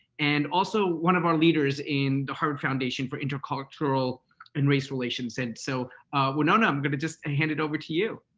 and also, one of our leaders in the harvard foundation for intercultural and race relations. and so winona, i'm going to just ah hand it over to you.